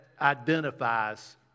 identifies